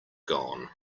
gone